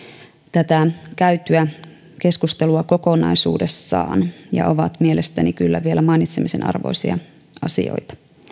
tätä käytyä keskustelua kokonaisuudessaan ja ovat mielestäni kyllä vielä mainitsemisen arvoisia asioita